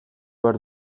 behar